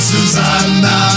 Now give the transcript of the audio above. Susanna